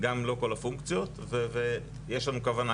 גם לא כל הפונקציות ויש לנו כוונה,